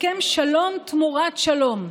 הסכם שלום תמורת שלום,